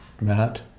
Matt